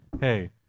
hey